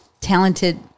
talented